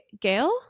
Gail